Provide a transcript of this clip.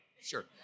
sure